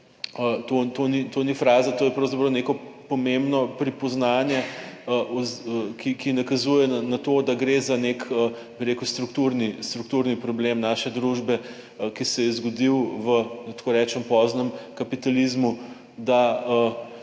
to ni fraza, to je pravzaprav neko pomembno pripoznanje, ki nakazuje na to, da gre za nek, bi rekel, strukturni, strukturni problem naše družbe, ki se je zgodil v, da tako rečem, poznem kapitalizmu, da